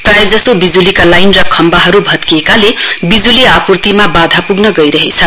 प्रायजसो बिजुलीका लाइन र खम्बाहरू भत्किएकाले विजुली आपुर्तिमा बाधा पुग्न गइरहेछ